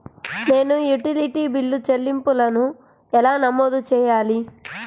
నేను utility bill చెల్లింపులను ఎలా నమోదు చేయాలి?